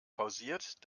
pausiert